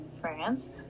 france